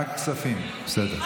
אה, רק כספים, בסדר.